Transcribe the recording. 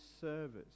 service